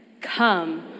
Come